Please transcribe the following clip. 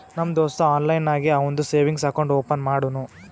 ನಮ್ ದೋಸ್ತ ಆನ್ಲೈನ್ ನಾಗೆ ಅವಂದು ಸೇವಿಂಗ್ಸ್ ಅಕೌಂಟ್ ಓಪನ್ ಮಾಡುನೂ